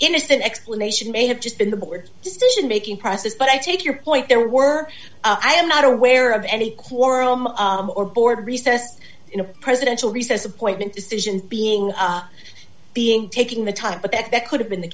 innocent explanation may have just been the board's decision making process but i take your point there were i am not aware of any quarrel or board recess in a presidential recess appointment decisions being being taking the time but that that could have been the